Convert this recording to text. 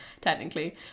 technically